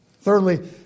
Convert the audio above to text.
Thirdly